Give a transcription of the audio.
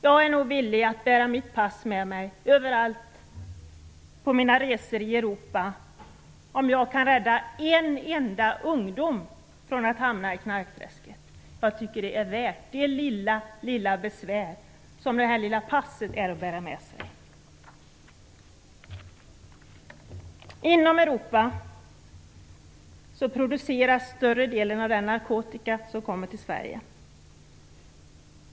Jag är villig att bära mitt pass med mig överallt på mina resor i Europa om jag kan rädda en enda ungdom från att hamna i knarkträsket. Jag tycker att det är värt det lilla besvär som det är att bära passet med sig. Inom Europa produceras större delen av den narkotika som kommer till Sverige.